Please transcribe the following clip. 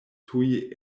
tuj